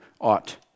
ought